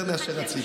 יותר מאשר רציתי,